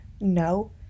No